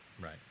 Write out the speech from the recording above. Right